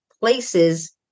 places